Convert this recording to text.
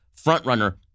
frontrunner